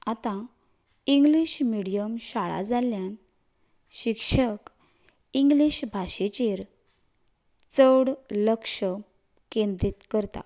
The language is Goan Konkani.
आतां इंग्लीश मिडियम शाळा जाल्ल्यान शिक्षक इंग्लीश भाशेचेर चड लक्ष केंद्रीत करतात